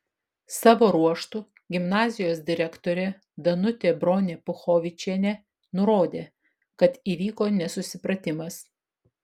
savo ruožtu gimnazijos direktorė danutė bronė puchovičienė nurodė kad įvyko nesusipratimas